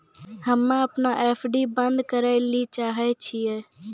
हम्मे अपनो एफ.डी बन्द करै ले चाहै छियै